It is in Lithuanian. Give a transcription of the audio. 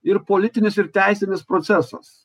ir politinis ir teisinis procesas